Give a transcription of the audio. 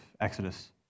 Exodus